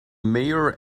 mayor